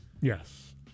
Yes